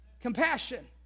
Compassion